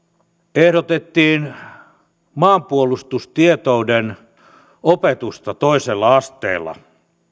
ehdotettiin maanpuolustustietouden opetusta toisella asteella